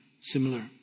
similar